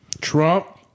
Trump